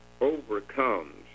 overcomes